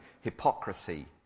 hypocrisy